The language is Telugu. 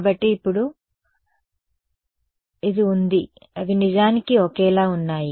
కాబట్టి ఇప్పుడు అవును ఉంది అవి నిజానికి ఒకేలా ఉన్నాయి